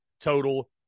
total